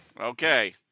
Okay